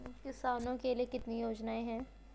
किसानों के लिए कितनी योजनाएं हैं?